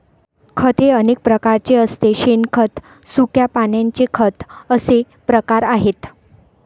खत हे अनेक प्रकारचे असते शेणखत, सुक्या पानांचे खत असे प्रकार आहेत